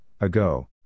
ago